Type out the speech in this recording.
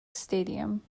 stadium